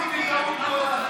המדיניות היא טעות גדולה.